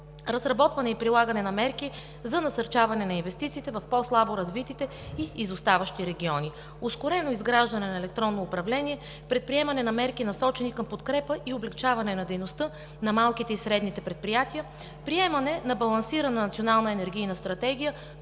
разработване и прилагане на мерки за насърчаване на инвестициите в по-слабо развитите и изоставащи региони; ускорено изграждане на електронно управление; предприемане на мерки, насочени към подкрепа и облекчаване на дейността на малките и средни предприятия; приемане на балансирана Национална енергийна стратегия